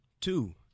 Two